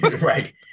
right